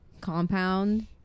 compound